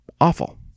awful